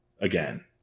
again